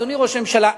אדוני ראש הממשלה,